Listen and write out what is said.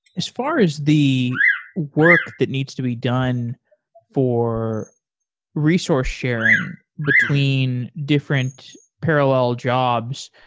as far as the work that needs to be done for resource sharing between different parallel jobs,